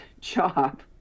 job